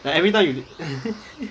like every time you